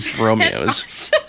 Romeo's